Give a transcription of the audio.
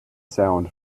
sound